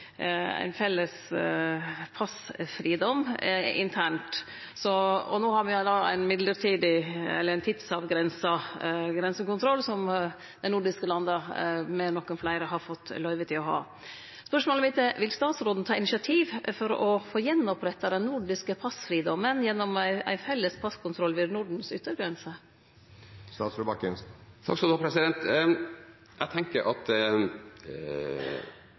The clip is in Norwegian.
ein felles passfridom internt, og no har me ein mellombels eller tidsavgrensa grensekontroll som dei nordiske landa, med nokre fleire, har fått løyve til å ha. Spørsmålet mitt er: Vil statsråden ta initiativ for igjen å opprette den nordiske passfridomen gjennom ein felles passkontroll ved Nordens yttergrense? Jeg tenker at